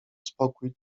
spokój